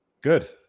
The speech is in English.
Good